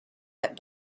that